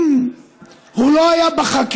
אם הוא לא היה בחקירות,